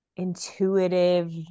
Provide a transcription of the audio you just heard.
intuitive